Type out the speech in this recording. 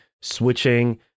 switching